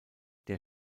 der